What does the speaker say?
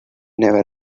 never